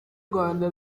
rwanda